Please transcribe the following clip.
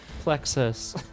plexus